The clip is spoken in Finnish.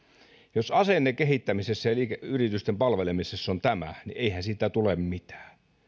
jos asenne kehittämisessä ja liikeyritysten palvelemisessa on tämä niin eihän siitä tule mitään